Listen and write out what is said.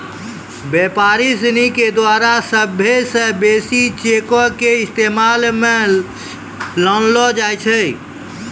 व्यापारी सिनी के द्वारा सभ्भे से बेसी चेको के इस्तेमाल मे लानलो जाय छै